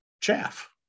chaff